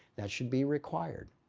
that should be required.